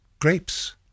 grapes